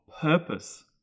purpose